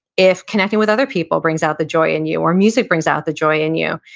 if connecting with other people brings out the joy in you, or music brings out the joy in you.